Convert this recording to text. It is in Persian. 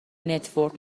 نتورک